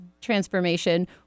transformation